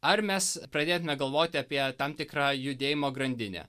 ar mes pradėtume galvoti apie tam tikrą judėjimo grandinę